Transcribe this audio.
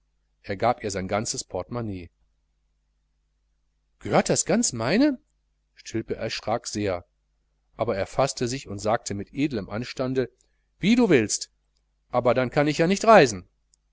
er gab ihr sein ganzes portemonnaie gehört das ganz meine stilpe erschrak sehr aber er faßte sich und sagte mit edlem anstande wie du willst aber dann kann ich nicht reisen